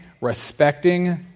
respecting